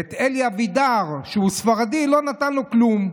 ואלי אבידר, שהוא ספרדי, לא נתן לו כלום.